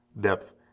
depth